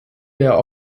der